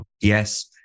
yes